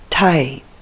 tight